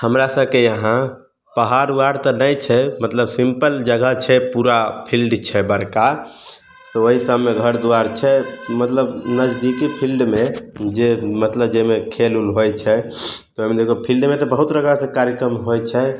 हमरा सबके यहाँ पहाड़ उहाड़ तऽ नहि छै मतलब सिम्पल जगह छै पूरा फिल्ड छै बड़का तऽ ओहि सबमे घर दुआरि छै मतलब नजदीकी फिल्डमे जे मतलब जाहिमे खेल उल होइ छै तऽ ओहिमे देखियौ फिल्डेमे तऽ बहुत तरहके ओकरा से कार्यक्रम होइ छै